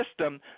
system